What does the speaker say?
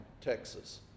Texas